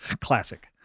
Classic